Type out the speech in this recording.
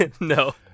No